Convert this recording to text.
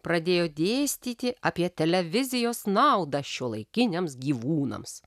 pradėjo dėstyti apie televizijos naudą šiuolaikiniams gyvūnams